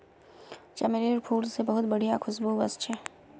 चमेलीर फूल से बहुत बढ़िया खुशबू वशछे